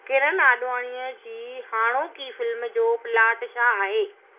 किरन आॾवाणी जी हाणोकी फ़िल्म जो प्लाट छा आहे